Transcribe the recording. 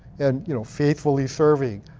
and you know faithfully serving,